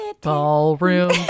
ballroom